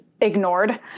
ignored